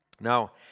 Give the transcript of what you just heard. Now